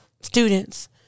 students